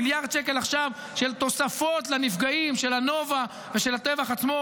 1 מיליארד שקל עכשיו של תוספות לנפגעים של הנובה ושל הטבח עצמו.